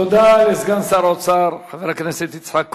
תודה לסגן שר האוצר חבר הכנסת יצחק כהן.